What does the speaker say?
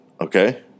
okay